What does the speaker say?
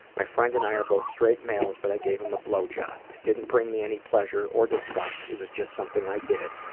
my friend and i are both straight males, but i gave him a blow job. it didn't bring me any pleasure or disgust, it was just something i did,